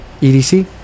EDC